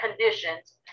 conditions